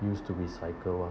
used to be cycle [one]